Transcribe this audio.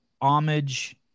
homage